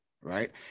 right